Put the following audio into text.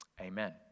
Amen